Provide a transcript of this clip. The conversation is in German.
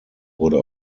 wurde